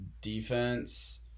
defense